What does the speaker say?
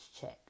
Check